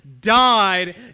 died